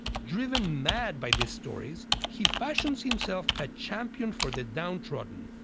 driven mad by these stories, he fashions himself a champion for the downtrodden.